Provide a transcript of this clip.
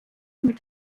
mit